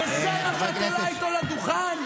וזה מה שאת עולה איתו לדוכן?